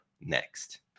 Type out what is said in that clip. next